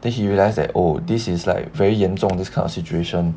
then he realised that oh this is like very 严重 this kind of situation